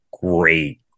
great